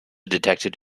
detected